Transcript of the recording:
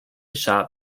shot